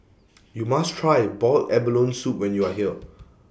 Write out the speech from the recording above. YOU must Try boiled abalone Soup when YOU Are here